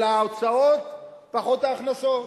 אלא ההוצאות פחות ההכנסות.